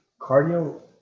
cardio